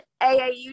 AAU